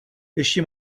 ještě